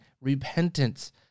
repentance